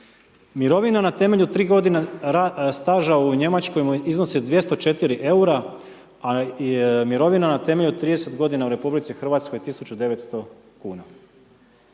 Mirovine na temelju 3 g. staža u Njemačkoj iznose 204 eura a mirovina na temelju 30 g. u RH je 1900 kuna.